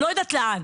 לא יודעת לאן,